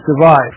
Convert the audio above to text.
survive